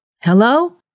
Hello